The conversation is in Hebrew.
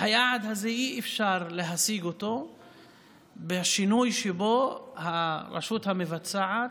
היעד הזה אי-אפשר להשיג בשינוי שבו הרשות המבצעת,